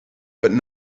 but